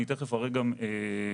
אני תכף אראה גם את